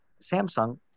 Samsung